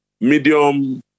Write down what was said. medium